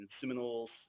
Seminoles